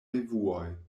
revuoj